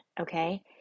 okay